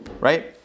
right